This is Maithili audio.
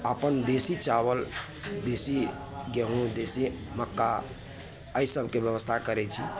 अपन देशी चाबल देशी गेहूँ देशी देशी मक्का एहि सबके बेबस्था करय छी